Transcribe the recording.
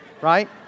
right